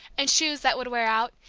and shoes that would wear out,